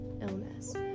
illness